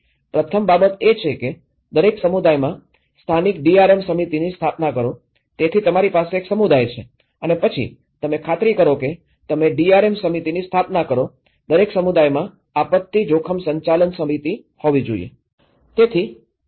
તેથી પ્રથમ બાબત એ છે કે દરેક સમુદાયમાં સ્થાનિક ડીઆરએમ સમિતિની સ્થાપના કરો તેથી તમારી પાસે એક સમુદાય છે અને પછી તમે ખાતરી કરો કે તમે ડીઆરએમ સમિતિની સ્થાપના કરો દરેક સમુદાયમાં આપત્તિ જોખમ સંચાલન સમિતિ હોવી જોઈએ